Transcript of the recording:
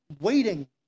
waiting